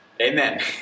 Amen